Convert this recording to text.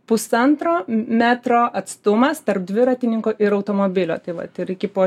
pusantro metro atstumas tarp dviratininko ir automobilio tai vat ir iki po